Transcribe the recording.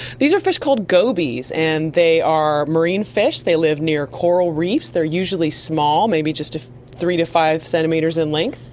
these are fish called gobies, and they are marine fish, they live near coral reefs. they're usually small, maybe just three to five centimetres in length,